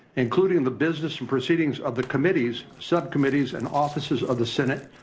including the business and proceedings of the committees, subcommittees and offices of the senate,